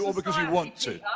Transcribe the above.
or because you want to?